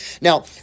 Now